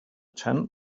tent